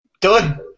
Done